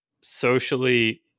socially